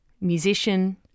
musician